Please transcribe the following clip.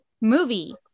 movie